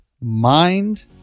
Mind